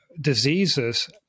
diseases